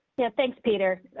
yeah, thanks, peter.